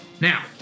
Now